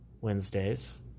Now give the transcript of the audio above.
Wednesdays